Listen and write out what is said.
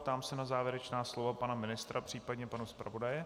Ptám se na závěrečná slova pana ministra, případně pana zpravodaje.